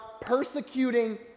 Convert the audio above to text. persecuting